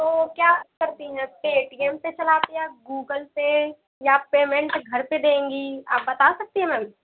तो क्या करती हैं पे टी एम से चलाती हैं या गूगल पे या पेमेंट घर पर देंगी आप बता सकती हैं मैम